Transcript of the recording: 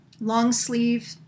long-sleeve